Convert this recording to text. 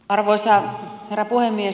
arvoisa herra puhemies